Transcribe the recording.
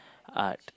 art